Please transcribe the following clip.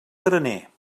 graner